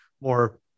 more